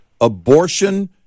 abortion